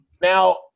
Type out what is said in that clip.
Now